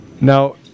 Now